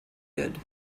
good